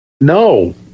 No